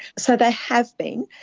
so they have been,